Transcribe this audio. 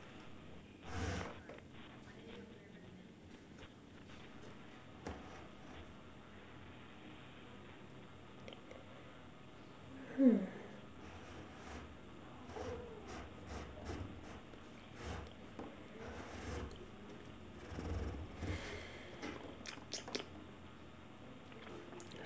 hmm